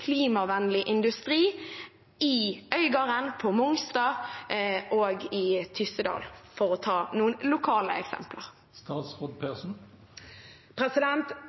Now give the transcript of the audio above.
klimavennlig industri i Øygarden, på Mongstad og i Tyssedal, for å ta noen lokale eksempler.